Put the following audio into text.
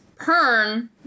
Pern